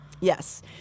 Yes